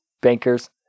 bankers